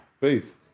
Faith